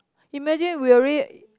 imagine we already